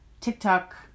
TikTok